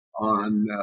on